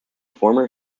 former